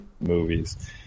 movies